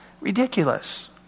Ridiculous